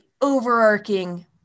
overarching